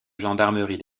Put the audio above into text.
gendarmerie